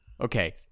Okay